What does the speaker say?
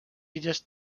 illes